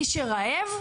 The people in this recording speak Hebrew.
מי שרעב,